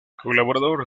colaborador